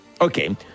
Okay